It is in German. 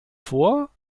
vor